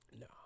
No